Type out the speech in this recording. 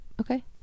Okay